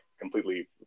completely